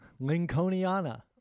Lincolniana